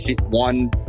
one